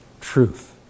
Truth